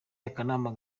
akanama